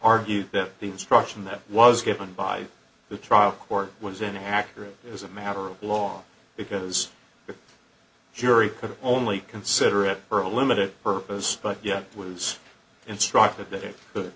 argue that the instruction that was given by the trial court was inaccurate as a matter of law because the jury could only consider at her limited purpose but yet was instructed